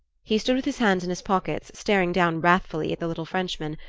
he stood with his hands in his pockets, staring down wrathfully at the little frenchman,